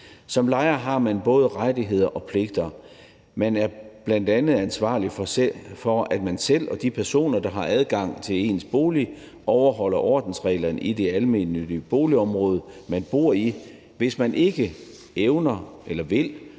Som lejer har man både rettigheder og pligter. Man er bl.a. ansvarlig for, at man selv og de personer, som har adgang til ens bolig, overholder ordensreglerne i det almennyttige boligområde, man bor i. Hvis man ikke evner at eller ikke